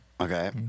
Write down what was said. Okay